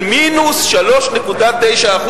של 3.9% ,